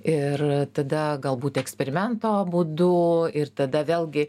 ir tada galbūt eksperimento būdu ir tada vėlgi